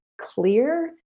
clear